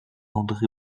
andré